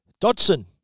Dodson